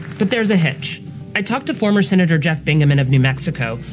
but there's a hitch i talked to former senator jeff bingaman of new mexico,